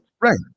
Right